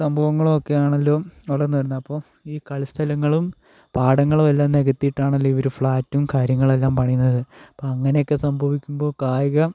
സംഭവങ്ങളൊക്കെയാണല്ലോ വളർന്ന് വരുന്നത് അപ്പോൾ ഈ കളി സ്ഥലങ്ങളും പാടങ്ങളുമെല്ലാം നികത്തിയിട്ടാണല്ലോ ഇവർ ഫ്ലാറ്റും കാര്യങ്ങളെല്ലാം പണിയുന്നത് അപ്പോൾ അങ്ങനെ ഒക്കെ സംഭവിക്കുമ്പോൾ കായികം